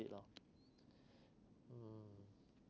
lah mm